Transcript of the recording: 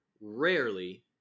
Rarely